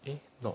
eh no